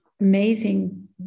amazing